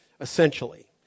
essentially